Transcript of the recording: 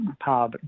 power